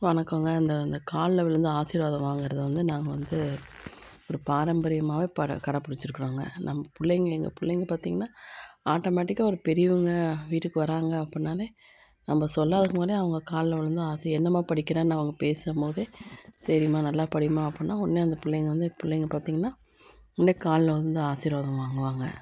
வணக்கங்க அந்த அந்த காலில் விழுந்து ஆசிர்வாதம் வாங்குகிறது வந்து நாங்கள் வந்து ஒரு பாரம்பரியமாகவே பர கடைப்புடிச்சிருக்கோங்க நம்ம பிள்ளைங்க எங்கள் பிள்ளைங்க பார்த்திங்கன்னா ஆட்டமெட்டிக்காக ஒரு பெரியவங்க வீட்டுக்கு வராங்க அப்புடின்னாலே நம்ம சொல்லாததுக்கு முன்னாடே அவங்க காலில் விழுந்து ஆசி என்னமா படிக்கிறன்னு அவங்க பேசும்போதே சரிம்மா நல்லா படிம்மா அப்புடின்னா ஒடனே அந்த பிள்ளைங்க வந்து பிள்ளைங்க பார்த்திங்கன்னா ஒடனே காலில் விழுந்து ஆசிர்வாதம் வாங்குவாங்க